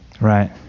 Right